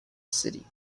city